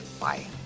Bye